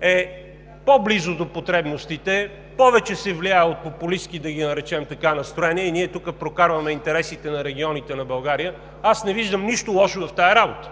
е по-близо до потребностите, повече се влияе от популистки, да ги наречем, настроения и ние тук прокарваме интересите на регионите на България, аз не виждам нищо лошо в тази работа,